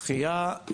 שחייה,